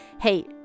Hey